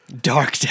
Dark